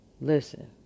listen